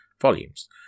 volumes